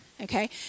okay